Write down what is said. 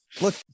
look